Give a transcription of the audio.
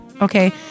okay